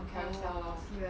oh